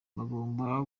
bagomba